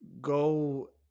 go